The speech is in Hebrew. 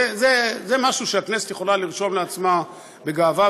זה משהו שהכנסת יכולה לרשום לעצמה בגאווה,